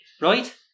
Right